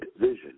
vision